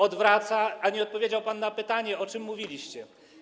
odwraca, a nie odpowiedział pan na pytanie, o czym mówiliście.